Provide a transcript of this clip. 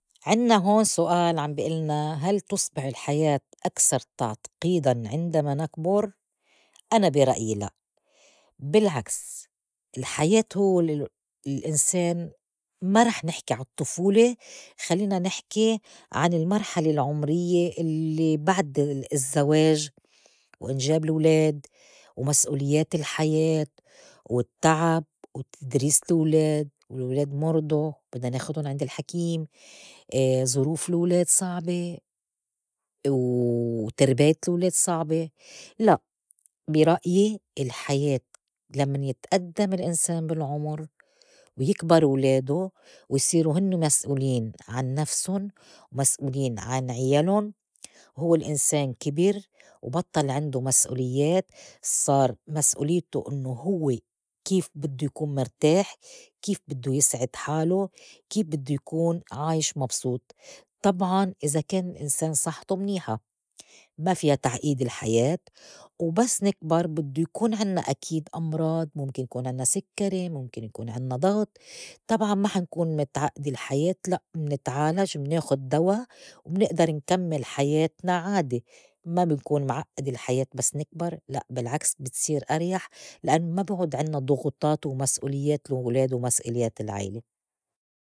عنّا هون سؤال عم بي إلنا هل تُصبح الحياة أكثر تعقيداً عندما نكبُر؟ أنا برأيي لأ بالعكس الحياة هو لل- للإنسان ما رح نحكي عا الطفولة، خلّينا نحكي عن المرحلة العمريّة اللّي بعد الزّواج وإنجاب الولاد ومسؤوليّات الحياة، والتّعب، وتدريس الولاد، والولاد مُرضو بدنا ناخدن عند الحكيم، ظروف الولاد صعبة، و ترباية الولاد صعبة. لأ بي رأيي الحياة لمّن يتقدّم الإنسان بالعمر ويكبروا ولادوا ويصيروا هنٍّي مسؤولين عن نفسٌ ومسؤولين عن عيلٌ هوّ الإنسان كِبِر وبطّل عندوا مسؤوليّات، صار مسؤوليته إنّو هوّ كيف بدّو يكون مرتاح كيف بدّو يسعد حالو كيف بدّو يكون عايش مبسوط، طبعاً إذا كان إنسان صحته منيحة ما فيها تعقيد الحياة وبس نكبر بدّو يكون عنّا أكيد أمراض مُمكن يكون عنّا سكّري، مُمكن يكون عنّا ضغط، طبعاً ما حنكون متعقْدة الحياة لأ منتعالج مناخد دوا ومنئدر نكمّل حياتنا عادي ما من كون معقّدة الحياة بس نكبر لأ بالعكس بتصيير أريح لأن ما بعود عنّا ضغوطات ومسؤوليّات لولاد ومسؤوليّات العيلة.